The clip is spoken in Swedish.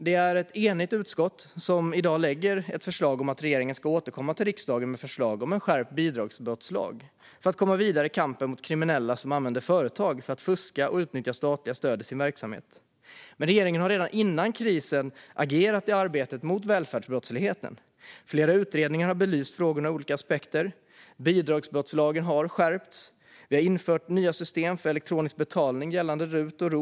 Det är ett enigt utskott som i dag lägger fram ett förslag om att regeringen ska återkomma till riksdagen med förslag om en skärpt bidragsbrottslag för att komma vidare i kampen mot kriminella som använder företag för att fuska och utnyttja statliga stöd i sin verksamhet. Regeringen har dock redan innan krisen agerat i arbetet mot välfärdsbrottsligheten. Flera utredningar har belyst frågorna ur olika aspekter. Bidragsbrottslagen har skärpts. Vi har infört nya system för elektronisk betalning gällande RUT och ROT.